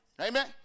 Amen